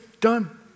done